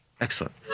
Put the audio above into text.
excellent